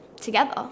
together